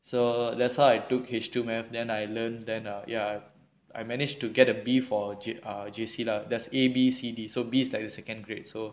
so that's how I took H two mathematics then I learn then err ya I manage to get A B for J ah J_C lah there's A B C D so B's like the second grade so